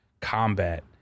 combat